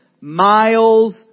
miles